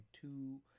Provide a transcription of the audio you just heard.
two